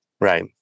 Right